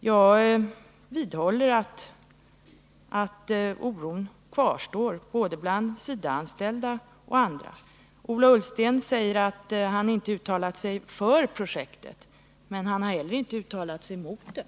Jag vidhåller alltså att oron kvarstår, både hos SIDA-anställda och hos andra. Ola Ullsten säger att han inte uttalat sig för projektet, men han har heller inte uttalat sig mot det.